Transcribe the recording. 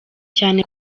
cyane